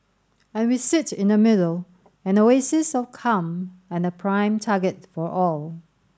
and we sit in the middle an oasis of calm and a prime target for all